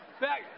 back